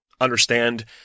understand